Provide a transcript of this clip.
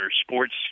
sports